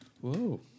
Whoa